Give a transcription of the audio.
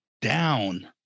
down